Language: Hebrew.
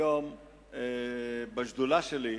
היום בשדולה שלי,